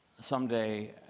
someday